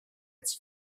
its